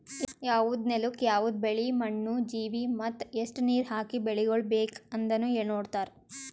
ಯವದ್ ನೆಲುಕ್ ಯವದ್ ಬೆಳಿ, ಮಣ್ಣ, ಜೀವಿ ಮತ್ತ ಎಸ್ಟು ನೀರ ಹಾಕಿ ಬೆಳಿಗೊಳ್ ಬೇಕ್ ಅಂದನು ನೋಡತಾರ್